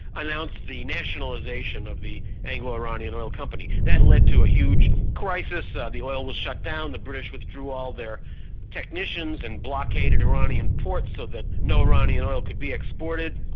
announced the nationalisation of the anglo-iranian oil company. that led to a huge crisis, and the oil was shut down. the british withdrew all their technicians and blockaded iranian ports so that no iranian oil could be exported.